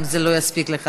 אם זה לא יספיק לך,